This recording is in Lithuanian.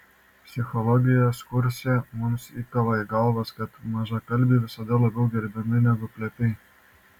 psichologijos kurse mums įkala į galvas kad mažakalbiai visada labiau gerbiami negu plepiai